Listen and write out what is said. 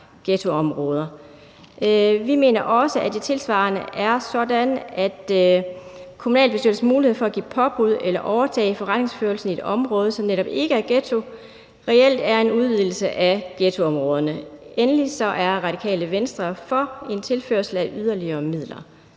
ghettoområder. Vi mener også, at det tilsvarende er sådan, at kommunalbestyrelsens mulighed for at give påbud eller at overtage forretningsførelsen i et område, som netop ikke er ghetto, reelt er en udvidelse af ghettoområderne. Endelig er Radikale Venstre for en tilførsel af yderligere midler.